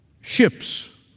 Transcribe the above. ships